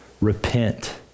Repent